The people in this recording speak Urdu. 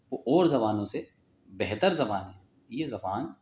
وہ اور زبانوں سے بہتر زبان ہے یہ زبان